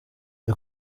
jya